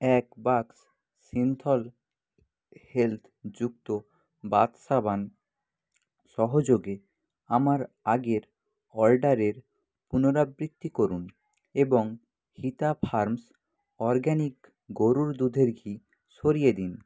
এক বাক্স সিন্থল হেলথ যুক্ত বাথ সাবান সহযোগে আমার আগের অর্ডারের পুনরাবৃত্তি করুন এবং হিতা ফার্মস অরগ্যানিক গরুর দুধের ঘি সরিয়ে দিন